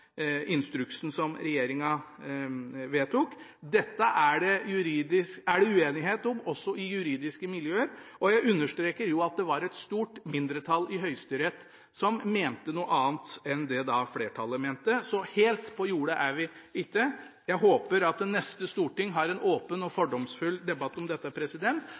miljøer, og jeg vil understreke at det var et stort mindretall i Høyesterett som mente noe annet enn flertallet. Så helt på jordet er vi ikke. Jeg håper at det neste storting har en åpen og fordomsfri debatt om dette,